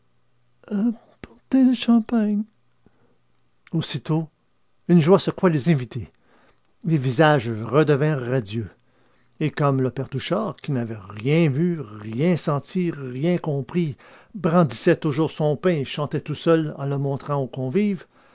champagne aussitôt une joie secoua les invités les visages redevinrent radieux et comme le père touchard qui n'avait rien vu rien senti rien compris brandissait toujours son pain et chantait tout seul en le montrant aux convives